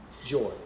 Joy